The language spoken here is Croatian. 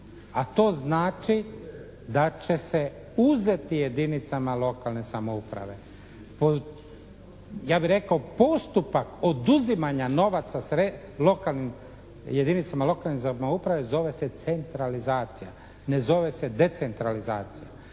a to znači da će se uzeti jedinicama lokalne samouprave. Ja bih rekao postupak oduzimanja novaca jedinicama lokalne samouprave zove se centralizacija. Ne zove se decentralizacija.